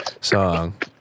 song